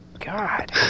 God